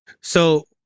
So-